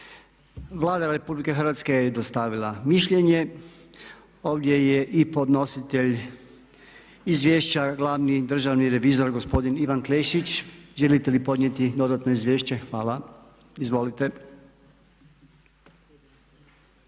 Vlada Republike Hrvatske je dostavila mišljenje. Ovdje je i podnositelj Izvješća glavni državni revizor gospodin Ivan Klešić. Želite li podnijeti dodatno izvješće? Hvala, izvolite.